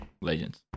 Legends